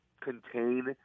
contain –